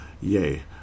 Yay